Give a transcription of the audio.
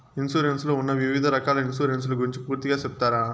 Insurance లో ఉన్న వివిధ రకాల ఇన్సూరెన్సు ల గురించి పూర్తిగా సెప్తారా?